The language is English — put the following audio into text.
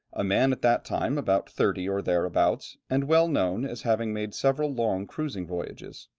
a man at that time about thirty or thereabouts, and well known as having made several long cruising voyages.